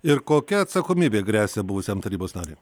ir kokia atsakomybė gresia buvusiam tarybos nariui